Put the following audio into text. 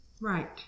Right